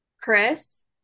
chris